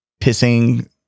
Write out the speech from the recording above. pissing